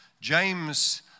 James